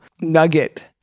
nugget